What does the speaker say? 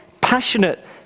passionate